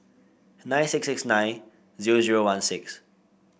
nine six six nine zero zero one six